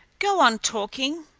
go on talking.